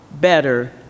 better